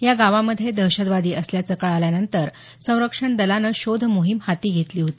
या गावामध्ये दहशतवादी असल्याचं कळाल्यानंतर संरक्षण दलानं शोध मोहीम हाती घेतली होती